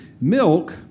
Milk